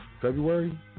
February